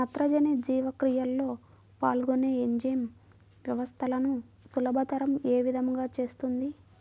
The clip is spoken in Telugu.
నత్రజని జీవక్రియలో పాల్గొనే ఎంజైమ్ వ్యవస్థలను సులభతరం ఏ విధముగా చేస్తుంది?